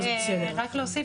רציתי רק להוסיף,